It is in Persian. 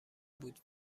بود